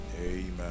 Amen